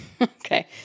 Okay